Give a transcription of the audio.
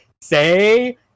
say